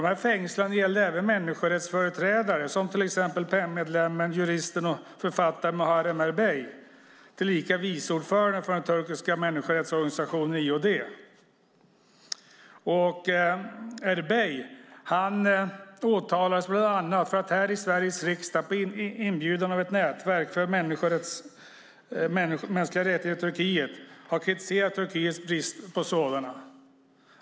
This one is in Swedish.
Dessa fängslanden gällde även människorättsföreträdare, till exempel PEN-medlemmen, juristen och författaren Muharrem Erbey, tillika vice ordförande för den turkiska människorättsorganisationen IHD. Erbey åtalades bland annat för att här i Sveriges riksdag på inbjudan av ett nätverk för mänskliga rättigheter i Turkiet ha kritiserat Turkiets brist på sådana.